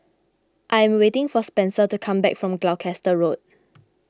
I am waiting for Spenser to come back from Gloucester Road